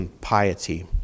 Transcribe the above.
piety